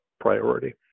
priority